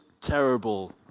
terrible